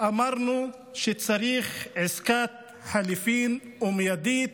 אמרנו שצריך עסקת חליפין מיידית